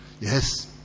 Yes